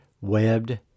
webbed